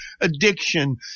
addiction